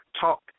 Talk